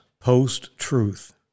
post-truth